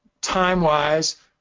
time-wise